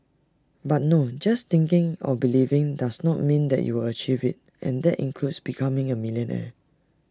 but no just thinking or believing does not mean that you will achieve IT and that includes becoming A millionaire